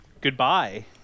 Goodbye